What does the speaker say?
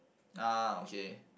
ah okay